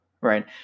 right